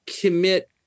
commit